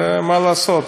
ומה לעשות.